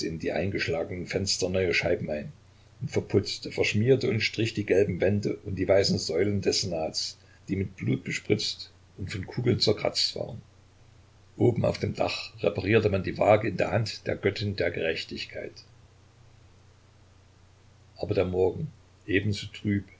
in die eingeschlagenen fenster neue scheiben ein und verputzte verschmierte und strich die gelben wände und die weißen säulen des senats die mit blut bespritzt und von kugeln zerkratzt waren oben auf dem dach reparierte man die waage in der hand der göttin der gerechtigkeit aber der morgen ebenso trüb